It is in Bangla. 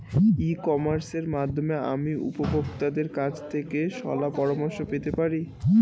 ই কমার্সের মাধ্যমে আমি উপভোগতাদের কাছ থেকে শলাপরামর্শ পেতে পারি?